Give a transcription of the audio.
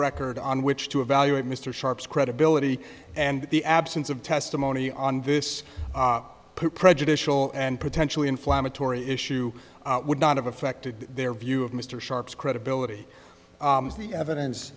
record on which to evaluate mr sharpe's credibility and the absence of testimony on this prejudicial and potentially inflammatory issue would not have affected their view of mr sharpe's credibility as the evidence